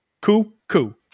Coo-coo